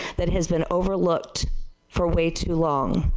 that has been over looked for way too long.